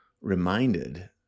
reminded